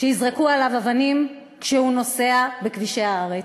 שיזרקו עליו אבנים כשהוא נוסע בכבישי הארץ.